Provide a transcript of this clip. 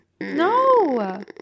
No